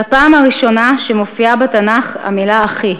לפעם הראשונה שמופיע בתנ"ך המילה "אחי".